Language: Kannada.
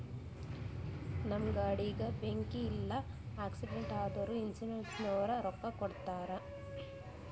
ನಮ್ ಗಾಡಿಗ ಬೆಂಕಿ ಇಲ್ಲ ಆಕ್ಸಿಡೆಂಟ್ ಆದುರ ಇನ್ಸೂರೆನ್ಸನವ್ರು ರೊಕ್ಕಾ ಕೊಡ್ತಾರ್